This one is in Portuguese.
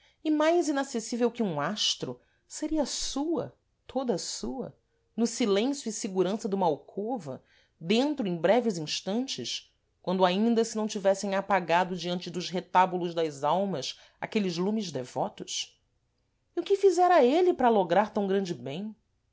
e mais inacessível que um astro seria sua toda sua no silêncio e segurança duma alcova dentro em breves instantes quando ainda se não tivessem apagado diante dos retábulos das almas aqueles lumes devotos e o que fizera êle para lograr tam grande bem